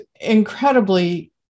incredibly